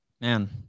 man